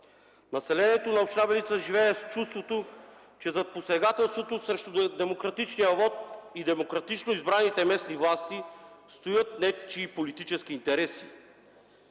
Населението на община Белица живее с чувството, че зад посегателството срещу демократичния вот и демократично избраните местни власти стоят нечии политически интереси